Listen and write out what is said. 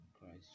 Christ